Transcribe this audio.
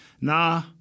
Nah